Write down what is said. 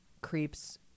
creeps